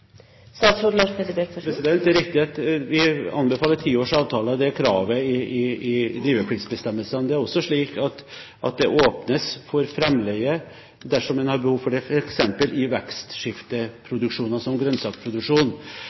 Det er riktig at vi anbefaler ti års avtaler. Det er kravet i drivepliktsbestemmelsene. Det er også slik at det åpnes for framleie dersom en har behov for det, f.eks. i vekstskifteproduksjoner som